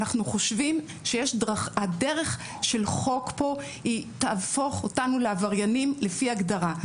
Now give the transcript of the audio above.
אנחנו חושבים שהדרך של חוק פה היא תהפוך אותנו לעבריינים לפי הגדרה.